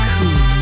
Cool